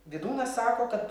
vydūnas sako kad